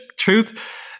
truth